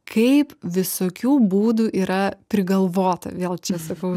kaip visokių būdų yra prigalvota vėl čia sakau